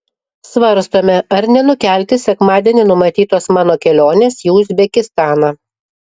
svarstome ar nenukelti sekmadienį numatytos mano kelionės į uzbekistaną